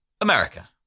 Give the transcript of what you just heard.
America